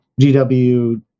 gw